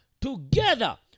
together